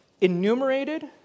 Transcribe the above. Enumerated